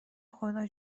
خدا